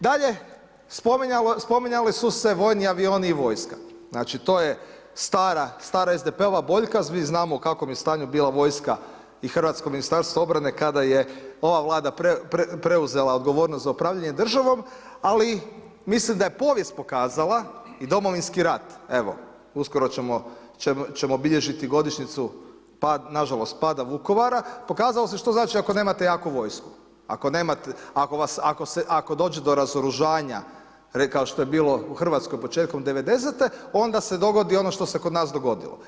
Dalje, spominjali su se vojni avioni i vojska, znači to je stara SDP-ova boljka, svi znamo u kakvom je stanju bila vojska i Hrvatsko ministarstvo obrane kada je ova vlada preuzela odgovornost za upravljanje državom, ali mislim da je povijest pokazala i Domovinski rat evo, uskoro ćemo bilježiti godišnjicu nažalost pada Vukovara, pokazalo se što znači ako nemate jaku vojsku, ako dođe do razoružanja, kao što je bilo u Hrvatskoj početkom '90. onda se dogodi ono što se kod nas dogodilo.